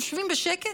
יושבים בשקט?